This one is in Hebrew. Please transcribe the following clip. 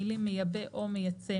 המילים "מייבא או מייצא"